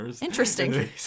Interesting